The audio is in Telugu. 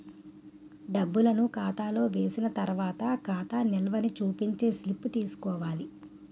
డబ్బులను ఖాతాలో వేసిన తర్వాత ఖాతా నిల్వని చూపించే స్లిప్ తీసుకోవాలి